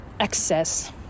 access